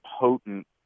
potent